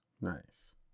nice